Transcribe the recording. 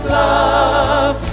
love